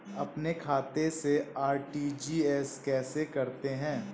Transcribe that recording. अपने खाते से आर.टी.जी.एस कैसे करते हैं?